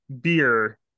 Beer